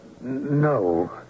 No